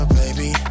baby